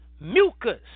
Mucus